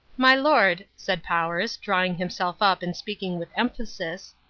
my lord, said powers, drawing himself up and speaking with emphasis,